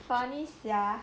funny sia